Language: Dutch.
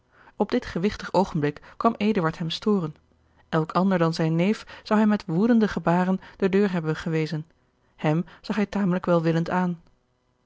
op dit gewigtig oogenblik kwam eduard hem storen elk ander dan zijnen neef zou hij met woedende gebaren de deur hebben gewezen hem zag hij tamelijk welwillend aan